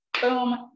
Boom